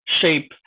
shape